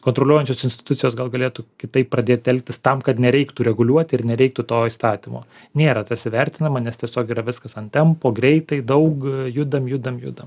kontroliuojančios institucijos gal galėtų kitaip pradėt elgtis tam kad nereiktų reguliuoti ir nereiktų to įstatymo nėra tas įvertinama nes tiesiog yra viskas ant tempo greitai daug judam judam judam